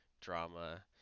drama